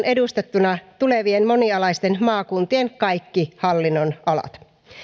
edustettuina tulevien monialaisten maakuntien kaikki hallinnonalat